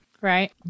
Right